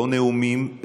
לא נאומים,